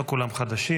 לא כולם חדשים,